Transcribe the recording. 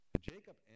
Jacob